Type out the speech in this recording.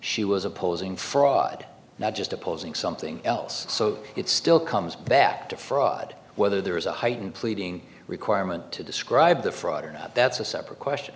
she was opposing fraud not just opposing something else so it still comes back to fraud whether there is a heightened pleading requirement to describe the fraud or not that's a separate question